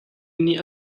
nih